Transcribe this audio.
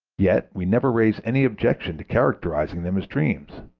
yet we never raise any objection to characterizing them as dreams,